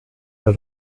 der